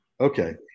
Okay